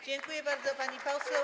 Dziękuję bardzo, pani poseł.